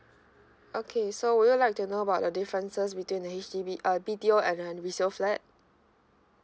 okay so would you like to know about the differences between the H_D_B uh B_T_O and the resale flat